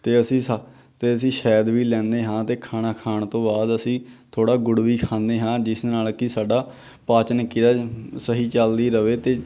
ਅਤੇ ਅਸੀਂ ਸ ਅਤੇ ਅਸੀਂ ਸ਼ਹਿਦ ਵੀ ਲੈਂਦੇ ਹਾਂ ਅਤੇ ਖਾਣਾ ਖਾਣ ਤੋਂ ਬਾਅਦ ਅਸੀਂ ਥੋੜ੍ਹਾ ਗੁੜ ਵੀ ਖਾਂਦੇ ਹਾਂ ਜਿਸ ਨਾਲ ਕਿ ਸਾਡਾ ਪਾਚਨ ਕਿਰਿਆ ਸਹੀ ਚੱਲਦੀ ਰਹੇ ਅਤੇ